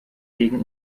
gegen